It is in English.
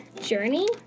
journey